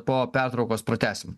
po pertraukos pratęsim